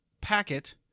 packet